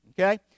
Okay